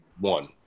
one